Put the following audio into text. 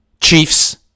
Chiefs